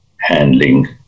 handling